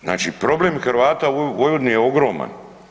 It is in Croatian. Znači problem Hrvata u Vojvodini je ogroman.